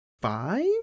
Five